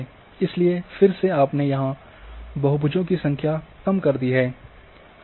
इसलिए फिर से आपने यहां बहुभुजों की संख्या कम कर दी है